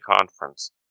conference